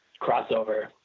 crossover